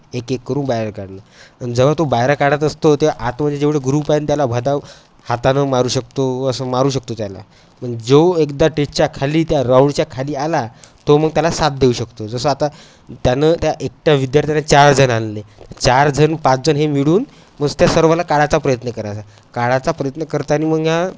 एक एक करून बाहेर काढणं आणि जेव्हा तो बाहेर काढत असतो ते आतमध्ये जेवढे ग्रुप आहेना त्याला भदा हातानं मारू शकतो असं मारू शकतो त्याला पण जो एकदा टेजच्या खाली त्या राऊंडच्या खाली आला तो मग त्याला साथ देऊ शकतो जसं आता त्यानं त्या एकट्या विद्यार्थ्यांना चार जण आणले चार जण पाच जण हे मिळून मन त्या सर्वाला काढायचा प्रयत्न करायचा काढायचा प्रयत्न करताना मग ह्या